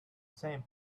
same